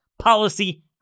Policy